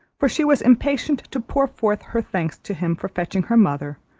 for she was impatient to pour forth her thanks to him for fetching her mother,